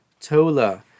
Tola